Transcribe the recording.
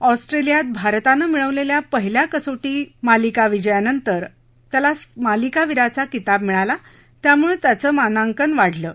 ऑस्ट्रेलियात भारतानं मिळवलेल्या पहिल्या क्रिकेट कसोटी मालिका विजयानंतर त्यांला मालिकावीराचा किताब मिळाला त्यामुळे त्यांचं मानांकनात वाढ झाली आहे